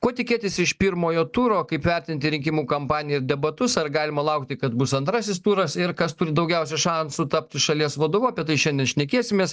ko tikėtis iš pirmojo turo kaip vertinti rinkimų kampaniją debatus ar galima laukti kad bus antrasis turas ir kas turi daugiausiai šansų tapti šalies vadovu apie tai šiandien šnekėsimės